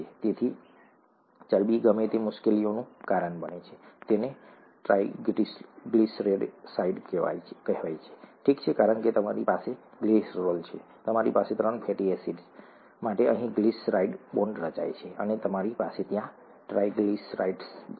તેથી ચરબી ગમે તે મુશ્કેલીઓનું કારણ બને છે તેને ટ્રાઇગ્લિસેરાઇડ કહેવાય છે ઠીક છે કારણ કે તમારી પાસે ગ્લિસરોલ છે તમારી પાસે ત્રણ ફેટી એસિડ્સ માટે અહીં ગ્લિસરાઈડ બોન્ડ રચાય છે અને તમારી પાસે ત્યાં ટ્રાઈગ્લિસરાઈડ છે